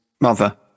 mother